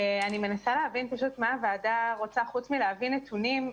אני מנסה להבין פשוט מה הוועדה רוצה חוץ מלהביא נתונים.